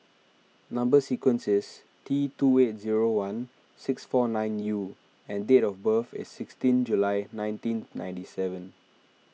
Number Sequence is T two eight zero one six four nine U and date of birth is sixteen July nineteen ninety seven